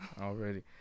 Already